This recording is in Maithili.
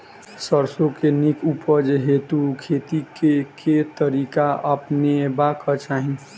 सैरसो केँ नीक उपज हेतु खेती केँ केँ तरीका अपनेबाक चाहि?